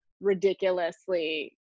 ridiculously